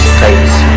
face